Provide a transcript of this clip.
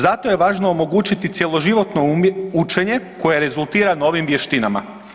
Zato je važno omogućiti cjeloživotno učenje koje rezultira novim vještinama.